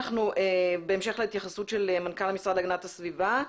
בהמשך להתייחסות של מנכ"ל המשרד להגנת הסביבה.